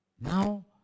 Now